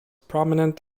prominent